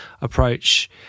approach